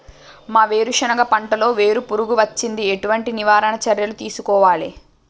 మా వేరుశెనగ పంటలలో వేరు పురుగు వచ్చింది? ఎటువంటి నివారణ చర్యలు తీసుకోవాలే?